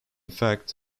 fact